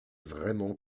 vraiment